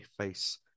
face